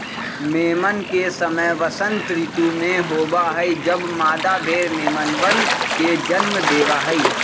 मेमन के समय वसंत ऋतु में होबा हई जब मादा भेड़ मेमनवन के जन्म देवा हई